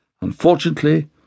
Unfortunately